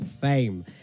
Fame